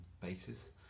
basis